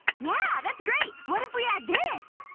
yeah! that's great! what if we add this?